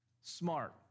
smart